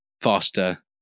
faster